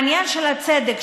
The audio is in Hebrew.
העניין של הצדק,